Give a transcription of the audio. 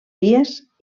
dies